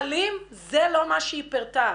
סיפור הנהלים, זה לא מה שהיא פירטה.